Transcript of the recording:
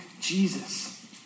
Jesus